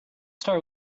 start